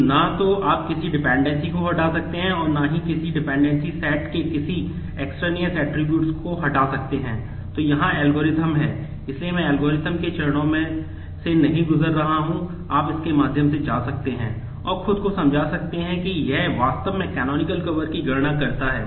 तो न तो आप किसी डिपेंडेंसी की गणना करता है और उस पर अधिक अभ्यास करता है